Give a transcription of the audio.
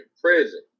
prison